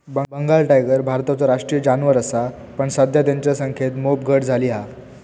Bengal tiger भारताचो राष्ट्रीय जानवर असा पण सध्या तेंच्या संख्येत मोप घट झाली हा